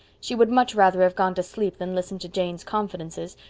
she would much rather have gone to sleep than listen to jane's confidences,